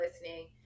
listening